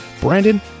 Brandon